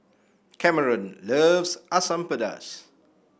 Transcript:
Cameron loves Asam Pedas